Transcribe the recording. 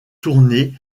tournées